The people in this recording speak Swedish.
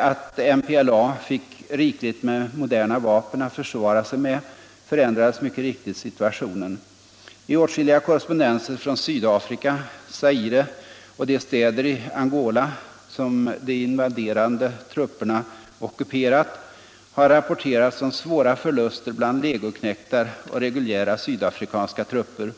att MPLA fick rikligt med moderna vapen att försvara sig med förändrades mycket riktigt situationen. I åtskilliga korrespondenser från Sydafrika, Zaire och de städer i Angola som de invaderande trupperna ockuperat har rapporterats om svåra förluster bland legoknektar och reguljära sydafrikanska trupper.